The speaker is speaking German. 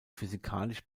physikalisch